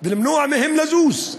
ולמנוע מהם לזוז,